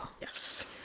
yes